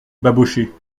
babochet